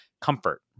comfort